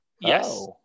Yes